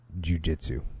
jujitsu